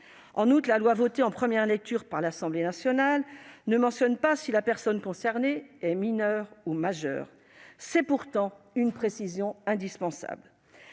proposition de loi, votée en première lecture à l'Assemblée nationale, ne mentionne pas si la personne concernée est mineure ou majeure. Il s'agit pourtant d'une précision indispensable.